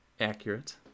Accurate